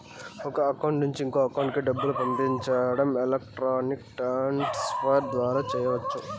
ఒక అకౌంట్ నుండి ఇంకో అకౌంట్ కి డబ్బులు పంపించడం ఎలక్ట్రానిక్ ట్రాన్స్ ఫర్ ద్వారా చెయ్యచ్చు